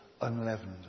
unleavened